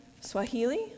Swahili